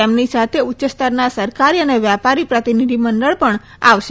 તેમની સાથે ઉચ્ચસ્તરના સરકારી અને વેપારી પ્રતિનિધિમંડળ પણ આવશે